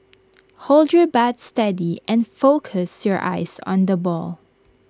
hold your bat steady and focus your eyes on the ball